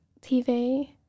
TV